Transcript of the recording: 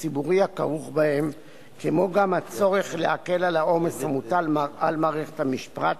וגם יוצרת מצב של מעצר כמעט לא מוגבל ללא משפט.